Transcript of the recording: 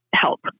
help